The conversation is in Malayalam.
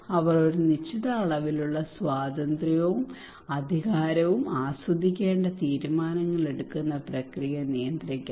അവർ ഒരു നിശ്ചിത അളവിലുള്ള സ്വാതന്ത്ര്യവും അധികാരവും ആസ്വദിക്കേണ്ട തീരുമാനങ്ങൾ എടുക്കുന്ന പ്രക്രിയ നിയന്ത്രിക്കണം